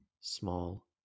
small